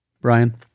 Brian